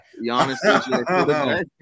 Giannis